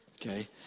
Okay